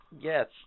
Yes